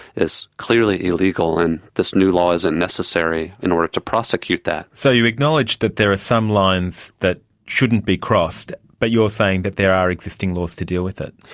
is clearly illegal, and this law isn't necessary in order to prosecute that. so you acknowledge that there are some lines that shouldn't be crossed, but you're saying that there are existing laws to deal with it.